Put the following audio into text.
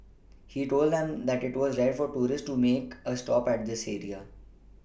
he told them that it was rare for tourists to make a stop at this area